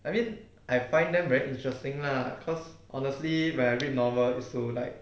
I mean I find them very interesting lah cause honestly when I read novel is to like